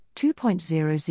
2.00%